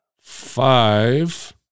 five